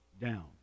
down